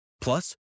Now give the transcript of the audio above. Plus